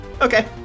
Okay